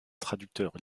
traducteurs